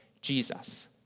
Jesus